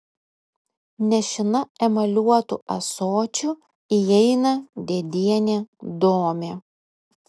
nešina emaliuotu ąsočiu įeina dėdienė domė